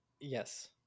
yes